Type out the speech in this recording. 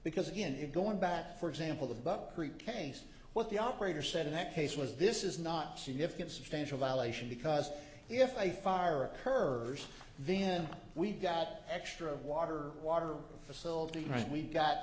because in going back for example the buck case what the operator said in that case was this is not significant substantial violation because if a fire occurs then we've got extra water water facilities right we've got